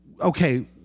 okay